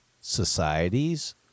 societies